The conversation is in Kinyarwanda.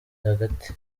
hagati